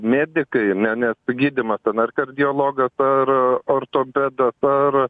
medikai ne ne gydymas ten ar kardiologas ar ortopedas ar